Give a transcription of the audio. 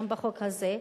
גם בחוק הזה.